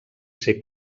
ser